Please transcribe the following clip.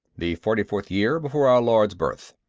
the forty-fourth year before our lord's birth!